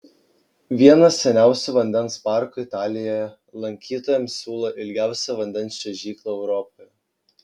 vienas seniausių vandens parkų italijoje lankytojams siūlo ilgiausią vandens čiuožyklą europoje